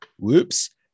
whoops